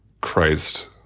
Christ